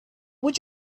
would